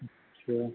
अच्छा